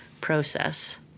process